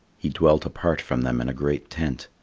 he dwelt apart from them in a great tent,